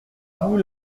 vous